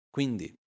Quindi